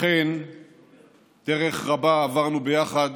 אכן דרך רבה עברנו ביחד